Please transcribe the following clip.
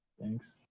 Thanks